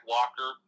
Walker